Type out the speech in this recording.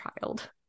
child